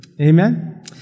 Amen